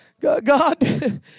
God